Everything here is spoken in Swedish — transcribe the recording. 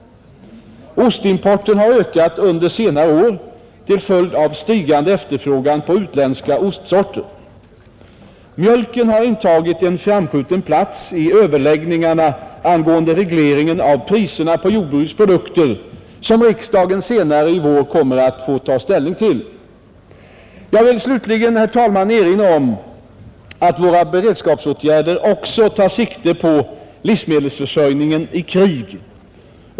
Ostimporten har ökat under senare år till följd av stigande efterfrågan på utländska ostsorter. Mjölken har intagit en framskjuten plats i överläggningarna angående regleringen av priserna på jordbrukets produkter, som riksdagen senare i vår kommer att få ta ställning till. Jag vill slutligen erinra om att våra beredskapsåtgärder också tar sikte på livsmedelsförsörjningen i krig.